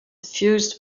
suffused